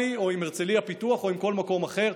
או עם הרצליה פיתוח או עם כל מקום אחר,